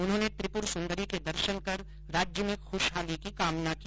उन्होंने त्रिपुर सुंदरी ँ के दर्शन कर राज्य में खुशहाली की कामना की